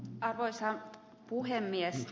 arvoisa puhemies